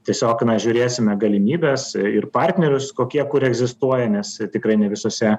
tiesiog na žiūrėsime galimybes ir partnerius kokie kur egzistuoja nes tikrai ne visose